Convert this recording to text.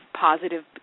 positive